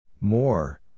More